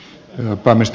herra puhemies